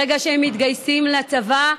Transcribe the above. ברגע שהם מתגייסים לצבא,